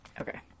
okay